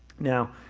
now,